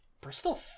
bristol